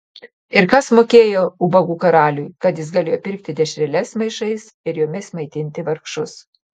ir kas mokėjo ubagų karaliui kad jis galėjo pirkti dešreles maišais ir jomis maitinti vargšus